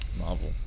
Marvel